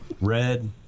red